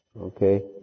Okay